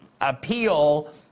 appeal